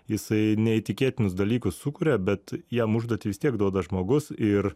jisai neįtikėtinus dalykus sukuria bet jam užduotį vis tiek duoda žmogus ir